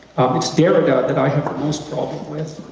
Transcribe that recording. it's derrida that i have the most problem with.